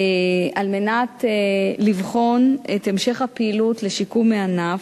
על מנת לבחון את המשך הפעילות לשיקום הענף,